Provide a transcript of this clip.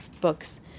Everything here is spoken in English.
books